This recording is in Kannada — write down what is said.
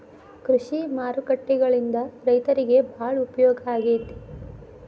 ಕೃಷಿ ಮಾರುಕಟ್ಟೆಗಳಿಂದ ರೈತರಿಗೆ ಬಾಳ ಉಪಯೋಗ ಆಗೆತಿ